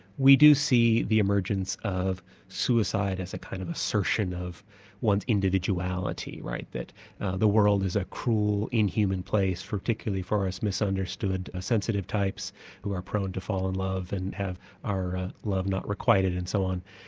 we do see the emergence of suicide as a kind of assertion of one's individuality, right, that the world is a cruel, inhuman place particularly for us misunderstsood sensitive types who are prone to fall in love and have our love not requited and so on.